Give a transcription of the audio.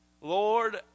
Lord